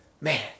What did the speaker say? Man